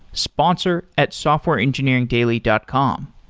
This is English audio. sponsor at softwareengineeringdaily dot com.